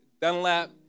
Dunlap